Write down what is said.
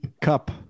Cup